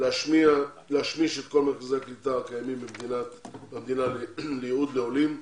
- להשמיש את כל מרכזי הקליטה הקיימים במדינה ליעד עולים,